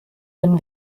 wenn